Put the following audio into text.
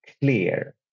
clear